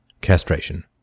castration